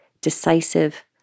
decisive